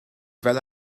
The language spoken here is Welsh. fel